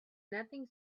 nothing